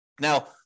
Now